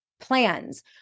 plans